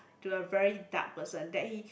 to a very dark person that he